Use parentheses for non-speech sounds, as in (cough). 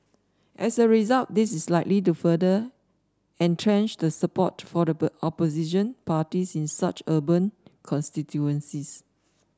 as a result this is likely to further entrench the support for the (unintelligible) opposition parties in such urban constituencies